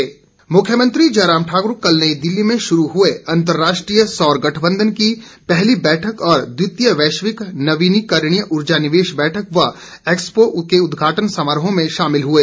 सौर गठबंधन मुख्यमंत्री जयराम ठाकुर कल नई दिल्ली में शुरू हुए अंतर्राष्ट्रीय सौर गठबंधन की पहली बैठक और द्वितीय वैश्विक नवीनीकरणीय उर्जा निवेश बैठक व एक्सपो के उद्घाटन समारोह में शामिल हुए